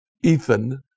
Ethan